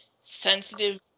sensitive